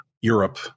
Europe